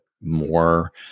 more